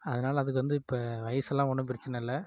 அதனால் அதுக்கு வந்து இப்போ வயசுலாம் ஒன்றும் பிரச்சனயில்ல